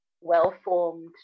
well-formed